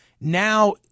now